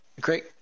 great